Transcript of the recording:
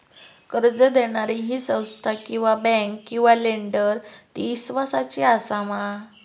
कर्ज दिणारी ही संस्था किवा बँक किवा लेंडर ती इस्वासाची आसा मा?